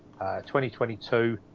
2022